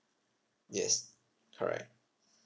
yes correct